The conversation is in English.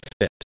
fit